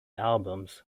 albums